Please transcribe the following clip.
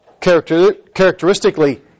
characteristically